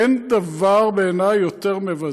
אין דבר בעיני יותר מבזה.